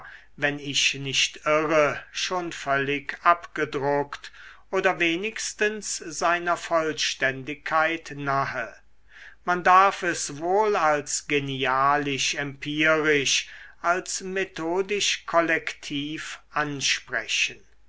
wenn ich nicht irre schon völlig abgedruckt oder wenigstens seiner vollständigkeit nahe man darf es wohl als genial empirisch als methodisch kollektiv ansprechen